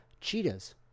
cheetahs